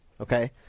Okay